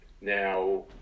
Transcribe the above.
Now